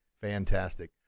fantastic